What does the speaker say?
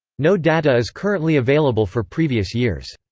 no data is currently available for previous years.